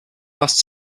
class